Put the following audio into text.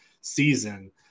season